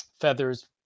feathers